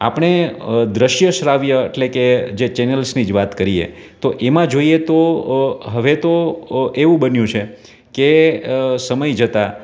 આપણે દૃશ્ય શ્રાવ્ય એટલે કે જે ચેનલ્સની જ વાત કરીએ તો એમાં જોઈયે તો હવે તો એવું બન્યું છે કે સમય જતાં